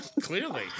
Clearly